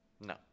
No